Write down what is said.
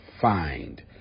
find